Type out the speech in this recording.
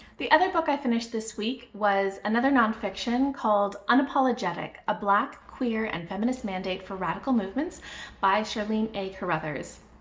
the other book i finished this week was another nonfiction called unapologetic a black, queer, and feminist mandate for radical movements by charlene a. carruthers.